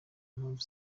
mpamvu